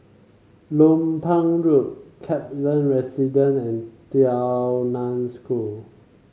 Lompang Road Kaplan Residence and Tao Nan School